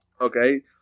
Okay